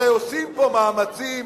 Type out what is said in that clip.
הרי עושים פה מאמצים